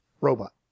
Robot